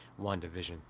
WandaVision